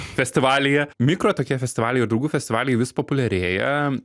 festivalyje mikro tokie festivaliai ir draugų festivaliai vis populiarėja